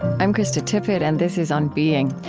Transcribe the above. i'm krista tippett, and this is on being.